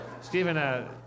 Stephen